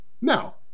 now